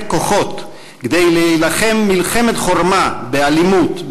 כוחות כדי להילחם מלחמת חורמה באלימות,